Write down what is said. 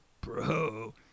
bro